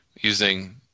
using